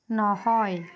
নহয়